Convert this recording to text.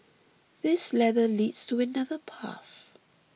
this ladder leads to another path